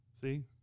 See